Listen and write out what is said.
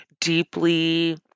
deeply